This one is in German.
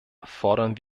fordern